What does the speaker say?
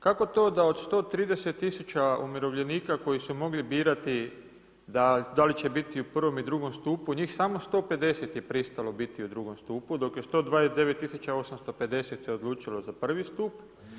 Kako to da od 130 tisuća umirovljenika koji su mogli birati da li će biti u prvom i drugom stupu njih samo 150 je pristalo biti u drugom stupu dok je 129 tisuća 850 se odlučilo za prvi stup?